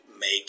make